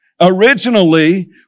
Originally